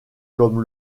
comme